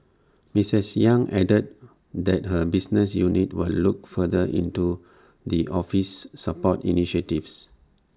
misses yang added that her business unit will look further into the office's support initiatives